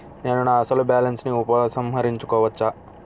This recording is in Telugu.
నేను నా అసలు బాలన్స్ ని ఉపసంహరించుకోవచ్చా?